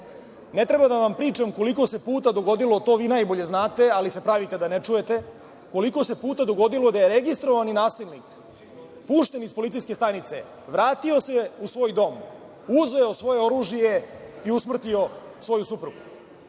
Ne treba da vam pričam koliko se puta dogodilo, to vi najbolje znate, ali se pravite da ne čujete, koliko se puta dogodilo da je registrovani nasilnik pušten iz policijske stanice, vratio se u svoj dom, uzeo svoje oružje i usmrtio svoju suprugu,